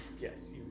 Yes